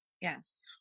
Yes